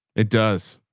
it does.